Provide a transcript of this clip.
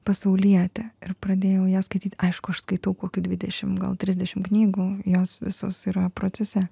pasaulietė ir pradėjau ją skaityti aišku aš skaitau kokių dvidešim gal trisdešim knygų jos visos yra procese